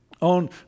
on